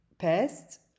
Pest